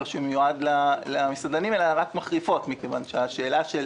שמיועד למסעדנים אלא רק מחריפות מכיוון שהשאלה של